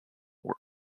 were